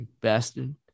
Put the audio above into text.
Bastard